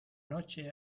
noche